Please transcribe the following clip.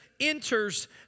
enters